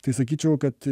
tai sakyčiau kad